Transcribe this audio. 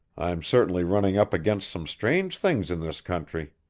i'm certainly running up against some strange things in this country!